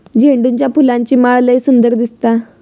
झेंडूच्या फुलांची माळ लय सुंदर दिसता